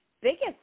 Biggest